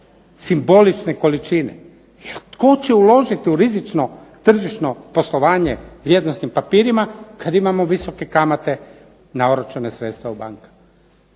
simbolične količine. Jer tko će uložiti u rizično tržišno poslovanje vrijednosnim papirima kad imamo visoke kamate na oročena sredstva u bankama.